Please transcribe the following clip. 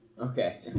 Okay